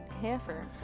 heifer